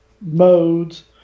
modes